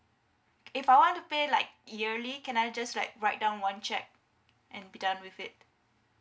if I wan to pay like yearly can I just like write down one check and be done with it